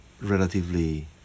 relatively